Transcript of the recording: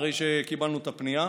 אחרי שקיבלנו את הפנייה.